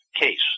case